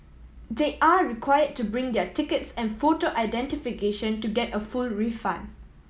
they are required to bring their tickets and photo identification to get a full refund